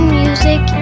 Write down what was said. music